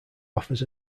offers